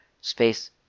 space